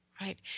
right